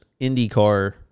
IndyCar